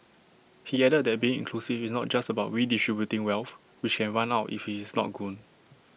he added that being inclusive is not just about redistributing wealth which can run out if IT is not grown